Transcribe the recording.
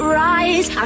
rise